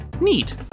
Neat